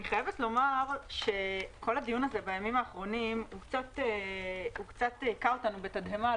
כל הדיון הזה בימים האחרונים הוא קצת היכה אותנו בתדהמה.